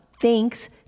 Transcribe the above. Thanks